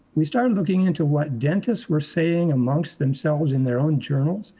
we started looking into what dentists were saying amongst themselves in their own journals,